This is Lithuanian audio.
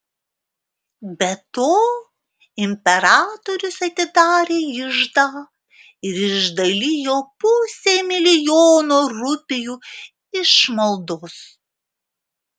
be to imperatorius atidarė iždą ir išdalijo pusę milijono rupijų išmaldos